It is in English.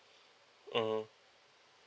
mm